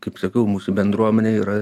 kaip sakiau mūsų bendruomenė yra